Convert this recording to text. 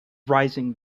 raising